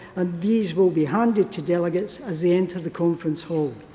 and these will be handed to delegates as they enter the conference hall,